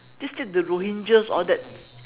just take the rohingyas all that